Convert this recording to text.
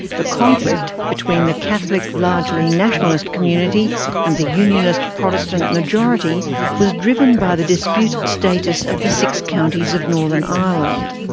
the conflict between the catholic largely nationalist community and the unionist protestant majority was driven by the disputed status of the six counties of northern ireland.